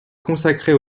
consacrée